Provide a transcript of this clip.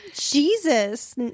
Jesus